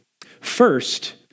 First